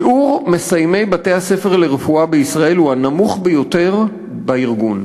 שיעור מסיימי בתי-הספר לרפואה בישראל הוא הנמוך ביותר בארגון: